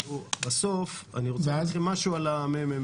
אני רוצה להגיד לכם משהו על הממ"מ.